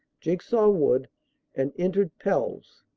j igsaw wood and entered pelves.